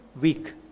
week